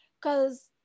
Cause